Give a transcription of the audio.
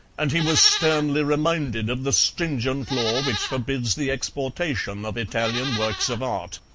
and he was sternly reminded of the stringent law which forbids the exportation of italian works of art.